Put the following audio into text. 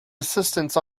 assistants